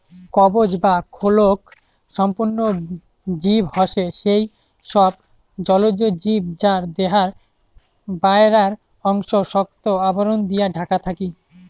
কবচ বা খোলক সম্পন্ন জীব হসে সেই সব জলজ জীব যার দেহার বায়রার অংশ শক্ত আবরণ দিয়া ঢাকা থাকি